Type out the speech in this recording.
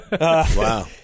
Wow